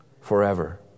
forever